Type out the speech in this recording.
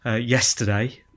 yesterday